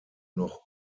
noch